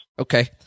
Okay